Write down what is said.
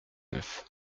neuf